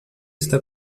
está